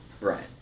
Right